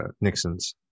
Nixon's